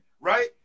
right